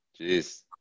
jeez